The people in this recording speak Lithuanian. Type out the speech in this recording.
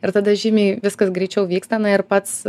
ir tada žymiai viskas greičiau vyksta na ir pats